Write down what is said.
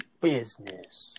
business